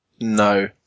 No